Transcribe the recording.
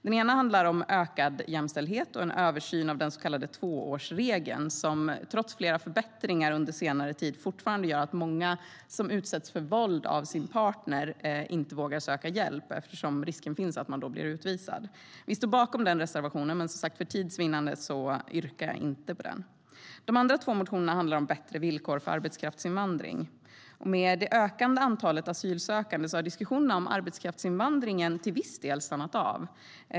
Den ena handlar om ökad jämställdhet och en översyn av den så kallade tvåårsregeln som - trots flera förbättringar under senare tid - fortfarande gör att många som utsätts för våld av sin partner inte vågar söka hjälp, eftersom risken finns att man då blir utvisad. Vi står bakom den reservationen, men för tids vinnande yrkar jag inte bifall till den.De andra två motionerna handlar om bättre villkor för arbetskraftsinvandring. Med det ökande antalet asylsökande har diskussionerna om arbetskraftsinvandringen till viss del stannat av.